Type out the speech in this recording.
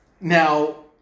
Now